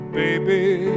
baby